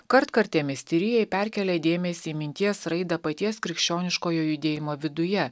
kartkartėmis tyrėjai perkelia dėmesį į minties raidą paties krikščioniškojo judėjimo viduje